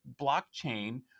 blockchain